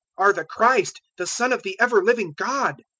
are the christ, the son of the ever-living god.